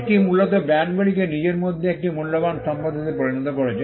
এটি মূলত ব্র্যান্ডগুলিকে নিজের মধ্যে একটি মূল্যবান সম্পদ হিসাবে পরিণত করেছে